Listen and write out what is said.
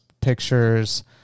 pictures